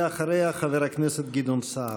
ואחריה, חבר הכנסת גדעון סער.